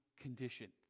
condition